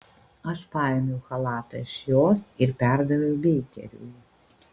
aš paėmiau chalatą iš jos ir perdaviau beikeriui